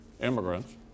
immigrants